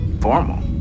Formal